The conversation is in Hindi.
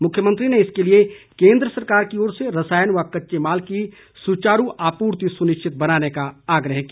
मुख्यमंत्री ने इसके लिए केंद्र सरकार की ओर से रसायन व कच्चे माल की सुचारू आपूर्ति सुनिश्चित बनाने का आग्रह किया